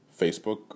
Facebook